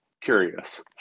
curious